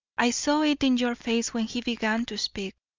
i saw it in your face when he began to speak.